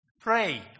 pray